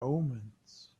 omens